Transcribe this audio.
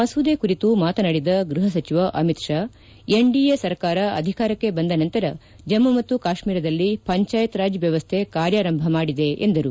ಮಸೂದೆ ಕುರಿತು ಮಾತನಾಡಿದ ಗೃಹ ಸಚಿವ ಅಮಿತ್ ಷಾ ಎನ್ಡಿಎ ಸರ್ಕಾರ ಅಧಿಕಾರಕ್ಕೆ ಬಂದ ನಂತರ ಜಮ್ಮ ಮತ್ತು ಕಾಶ್ಮೀರದಲ್ಲಿ ಪಂಚಾಯತ್ ರಾಜ್ ವ್ಯವಸ್ಟೆ ಕಾರ್ಯಾರಂಭ ಮಾಡಿದೆ ಎಂದರು